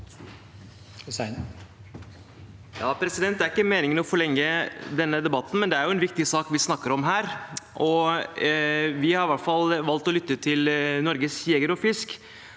Det er ikke mening- en å forlenge denne debatten, men det er en viktig sak vi snakker om. Vi har i hvert fall valgt å lytte til Norges Jeger- og